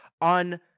on